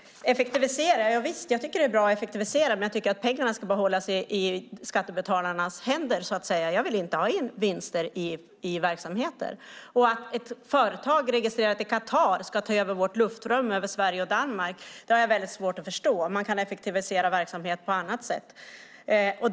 Effektivisera - javisst, jag tycker att det är bra att effektivisera, men jag tycker att pengarna ska behållas i skattebetalarnas händer. Jag vill inte ha in vinster i verksamheter. Att ett företag registrerat i Qatar ska ta över luftrummet över Sverige och Danmark har jag väldigt svårt att förstå. Man kan effektivisera verksamhet på annat sätt.